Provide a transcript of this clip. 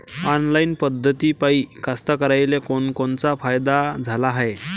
Online पद्धतीपायी कास्तकाराइले कोनकोनचा फायदा झाला हाये?